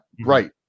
right